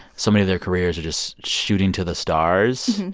so many of their careers are just shooting to the stars.